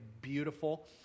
Beautiful